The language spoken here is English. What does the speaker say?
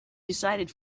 decided